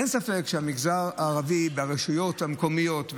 אין ספק שבמגזר הערבי והרשויות המקומיות,